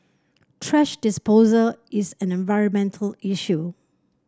thrash disposal is an environmental issue